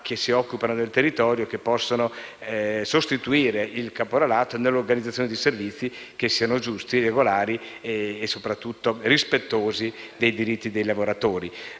che si occupano del territorio e che possono sostituire il caporalato nell'organizzazione di servizi che siano giusti, regolari e, soprattutto, rispettosi dei diritti dei lavoratori.